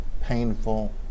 painful